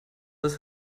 ist